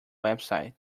website